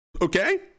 Okay